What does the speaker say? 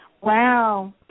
Wow